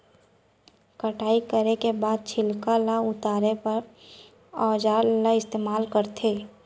कटाई करे के बाद छिलका ल उतारे बर का औजार ल इस्तेमाल करथे?